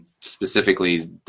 specifically